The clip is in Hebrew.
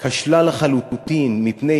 כשלה לחלוטין, מפני